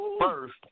first